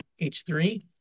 h3